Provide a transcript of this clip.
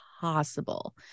possible